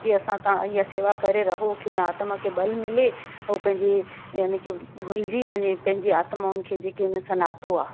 की असां तव्हां इअ सेवा करे रहो की हुन आत्मा खे बल मिले हो पंहिंजी यानि की भुलिजी वञे पंहिंजी आत्माऊंनि खे जेके उन सां नातो आहे